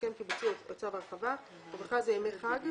הסכם קיבוצי או צו הרחבה ובכלל זה ימי חג,